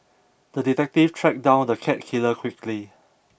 the detective tracked down the cat killer quickly